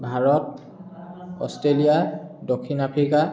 Bharat Australia দক্ষিণ Africa